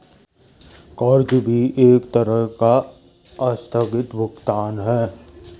कर्ज भी एक तरह का आस्थगित भुगतान है